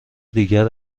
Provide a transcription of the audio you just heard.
دیگر